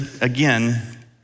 again